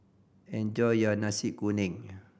enjoy your Nasi Kuning